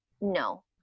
No